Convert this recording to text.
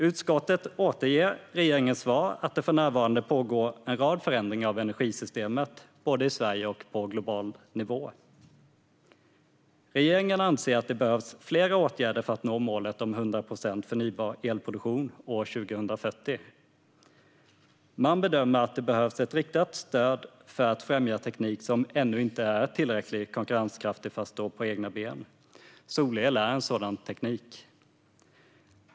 Utskottet återger regeringens svar att det för närvarande pågår en rad förändringar av energisystemet, både i Sverige och på global nivå. Regeringen anser att det behövs flera åtgärder för att nå målet om 100 procent förnybar elproduktion år 2040. Man bedömer att det behövs ett riktat stöd för att främja teknik som ännu inte är tillräckligt konkurrenskraftig för att stå på egna ben. Solel är en sådan teknik.